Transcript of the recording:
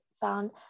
found